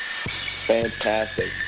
Fantastic